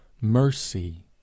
mercy